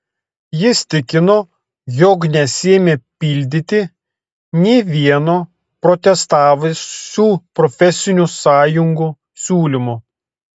jis tikino jog nesiėmė pildyti nė vieno protestavusių profesinių sąjungų siūlymo